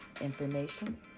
information